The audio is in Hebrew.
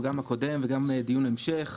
גם הקודם וגם על דיון ההמשך.